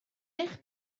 eich